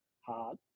hard